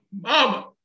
mama